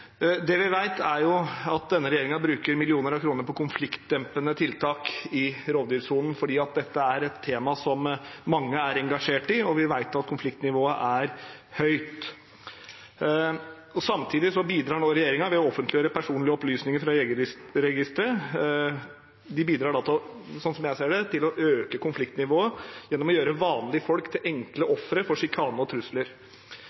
Det vi vet, er at denne regjeringen bruker millioner av kroner på konfliktdempende tiltak i rovdyrsonen, fordi dette er et tema som mange er engasjert i, og vi vet at konfliktnivået er høyt. Samtidig bidrar regjeringen ved å offentliggjøre personlige opplysninger fra Jegerregisteret til, slik som jeg ser det, å øke konfliktnivået gjennom å gjøre vanlige folk til enkle